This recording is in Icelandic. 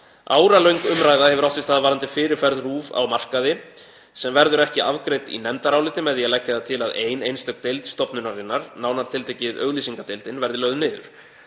Áralöng umræða hefur átt sér stað varðandi fyrirferð RÚV á markaði sem verður ekki afgreidd í nefndaráliti með því að leggja það til að ein einstök deild stofnunarinnar, nánar tiltekið auglýsingadeildin, verði lögð niður.